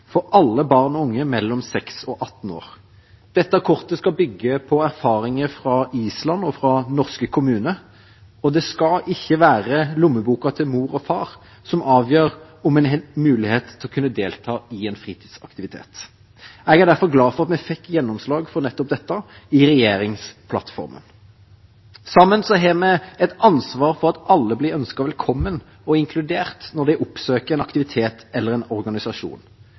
for alle barn og unge mellom 6 og 18 år. Dette kortet skal bygge på erfaringer fra Island og fra norske kommuner, og det skal ikke være lommeboka til mor og far som avgjør om en har mulighet til å kunne delta i en fritidsaktivitet. Jeg er derfor glad for at vi fikk gjennomslag for nettopp dette i regjeringsplattformen. Sammen har vi et ansvar for at alle blir ønsket velkommen og inkludert når de oppsøker en aktivitet eller en organisasjon.